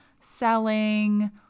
selling